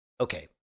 okay